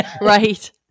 Right